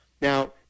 Now